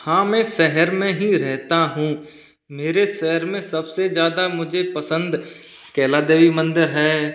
हाँ मैं शहर में ही रहता हूँ मेरे शहर में सबसे ज़्यादा मुझे पसंद कैलादेवी मंदिर है